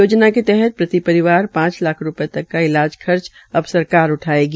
योजना के तहत प्रति परिवार पांच लाख रूपये तक का ईलाज खर्च अब सरकार उठायेगी